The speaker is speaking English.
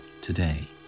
today